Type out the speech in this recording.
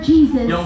Jesus